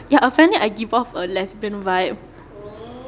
ya apparently I give off a lesbian vibe